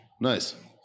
Nice